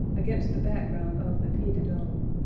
against the background of the puy de dome,